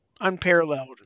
unparalleled